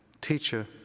Teacher